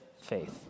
faith